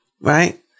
Right